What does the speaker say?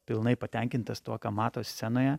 pilnai patenkintas tuo ką mato scenoje